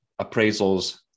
appraisals